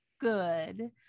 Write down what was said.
Good